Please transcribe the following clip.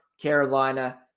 Carolina